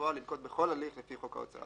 ההוצאה